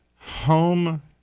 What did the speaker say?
home